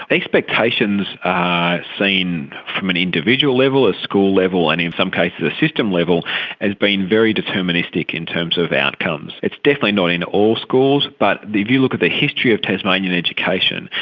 expectations are seen from an individual level, a school level and in some cases a system level as being very deterministic in terms of outcomes. it's definitely not in all schools, but if you look at the history of tasmanian education,